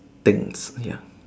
things ya